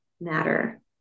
matter